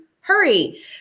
hurry